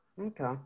Okay